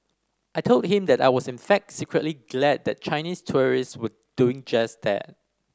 I told him that I was in fact secretly glad that Chinese tourist were doing just that